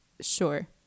Sure